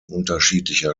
unterschiedlicher